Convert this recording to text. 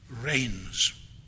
reigns